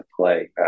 play